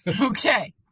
Okay